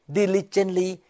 diligently